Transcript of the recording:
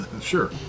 sure